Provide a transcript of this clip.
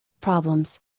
problems